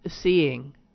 seeing